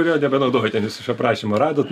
ir jo nebenaudoju ten jūs iš aprašymo radot